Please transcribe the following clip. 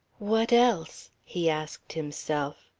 what else? he asked himself.